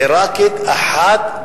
עירקית אחת,